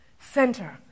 center